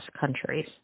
countries